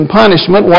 punishment